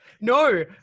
no